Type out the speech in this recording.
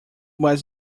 was